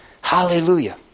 Hallelujah